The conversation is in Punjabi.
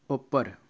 ਉੱਪਰ